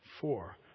four